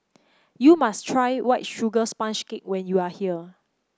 you must try White Sugar Sponge Cake when you are here